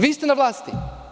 Vi ste na vlasti.